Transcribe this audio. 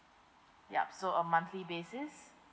yup so on monthly basis